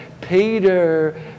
Peter